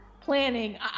planning